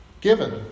given